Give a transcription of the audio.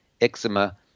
eczema